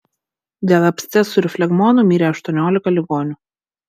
dėl abscesų ir flegmonų mirė aštuoniolika ligonių